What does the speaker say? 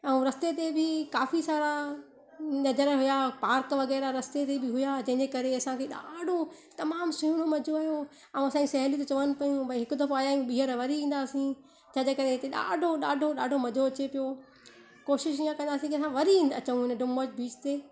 ऐं रस्ते ते बि काफ़ी सारा नज़ारा हुया पार्क वग़ैरह त रस्ते ते बि हुया जंहिंजे करे असांखे ॾाढो तमामु सुहिणो मजो आयो ऐं असांजी सहेली त चवनि पई भाई हिकु दफ़ो आया आहियूं बि त वरे ईंदासीं जंहिंजे करे हिते ॾाढो ॾाढो ॾाढो मजो अचे पियो कोशिशि ईअं कंदासीं की हिते न वरी अचूं इन डूमस बीच ते